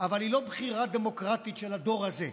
אבל היא לא בחירה דמוקרטית של הדור הזה,